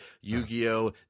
Yu-Gi-Oh